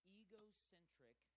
egocentric